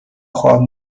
خواب